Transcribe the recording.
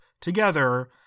together